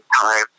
time